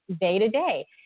day-to-day